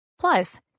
Plus